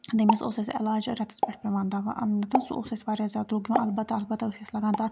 تٔمِس اوس اسہِ علاج ریٚتَس پٮ۪ٹھ پیٚوان دَوا اَنُن سُہ اوس اسہِ واریاہ زیادٕ دروٚگ یِوان اَلبتہ البتہ اسہِ ٲسۍ لَگان تَتھ